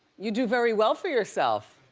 you do very well for yourself.